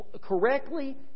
correctly